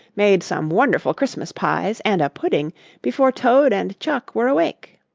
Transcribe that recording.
made some wonderful christmas pies and a pudding before toad and chuck were awake.